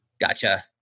Gotcha